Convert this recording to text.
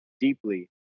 deeply